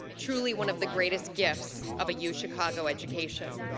truly one of the greatest gifts of a u chicago education.